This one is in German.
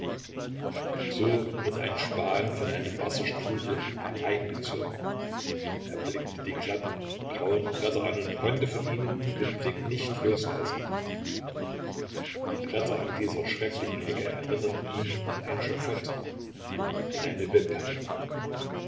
so wird ein span von einem wasserstrudel hereingezogen er blickte die glatten grauen bretter an und konnte von ihnen den blick nicht losreißen die bretter an dieser schrecklichen ecke erinnerten ihn an ein schaffot an eine